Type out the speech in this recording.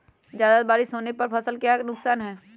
ज्यादा बारिस होने पर फसल का क्या नुकसान है?